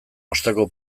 osteko